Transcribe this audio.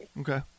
okay